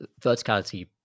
verticality